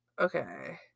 Okay